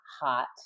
hot